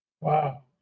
Wow